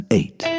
eight